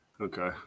Okay